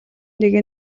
нэг